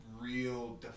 real